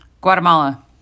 Guatemala